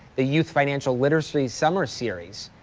the youth financial literacy summer series.